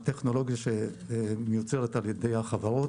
הטכנולוגיה שמיוצרת על ידי החברות,